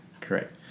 Correct